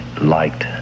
liked